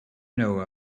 know